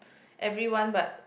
everyone but